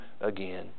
again